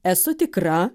esu tikra